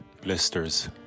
blisters